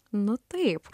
nu taip